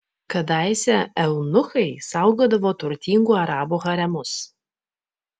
kadaise eunuchai saugodavo turtingų arabų haremus